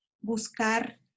buscar